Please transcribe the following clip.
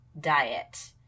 diet